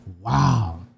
Wow